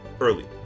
Early